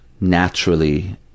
naturally